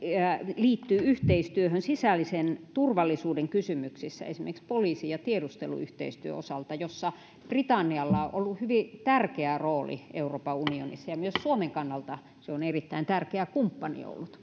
liittyy yhteistyöhön sisäisen turvallisuuden kysymyksissä esimerkiksi poliisi ja tiedusteluyhteistyön osalta jossa britannialla on ollut hyvin tärkeä rooli euroopan unionissa ja myös suomen kannalta se on erittäin tärkeä kumppani ollut